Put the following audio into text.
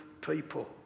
people